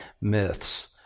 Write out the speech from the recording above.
myths